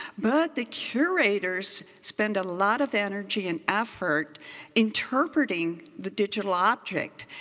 but the curators spend a lot of energy and effort interpreting the digital object.